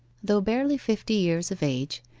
though barely fifty years of age,